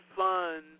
fun